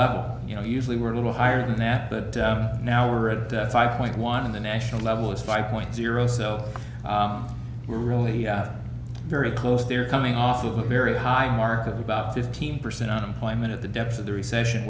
level you know usually we're a little higher than that but now we're at five point one in the national level is five point zero so we're really very close they're coming off of a very high mark of about fifteen percent unemployment at the depths of the recession